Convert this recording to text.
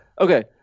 Okay